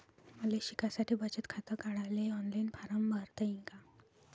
मले शिकासाठी बचत खात काढाले ऑनलाईन फारम भरता येईन का?